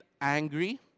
angry